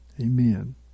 Amen